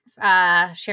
share